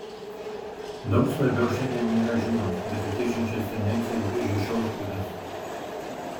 daug svarbiau šiandien yra žinios besikeičiančias tendencijas brėžia šiautkulis